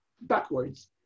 backwards